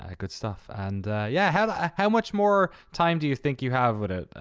ah good stuff. and yeah, how how much more time do you think you have with it?